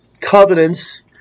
covenants